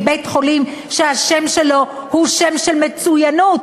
בית-חולים שהשם שלו הוא שם של מצוינות,